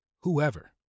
whoever